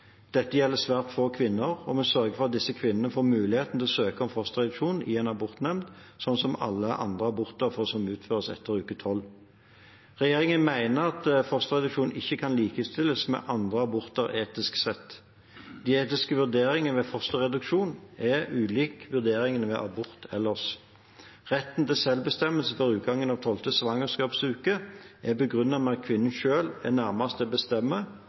Dette gjelder svært få kvinner, og vi sørger for at disse kvinnene får muligheten til å søke om fosterreduksjon i en abortnemnd, slik som for alle andre aborter som utføres etter uke tolv. Regjeringen mener at fosterreduksjon ikke kan likestilles med andre aborter etisk sett. De etiske vurderingene ved fosterreduksjon er ulik vurderingene ved abort ellers. Retten til selvbestemmelse før utgangen av tolvte svangerskapsuke er begrunnet med at kvinnen selv er nærmest til å bestemme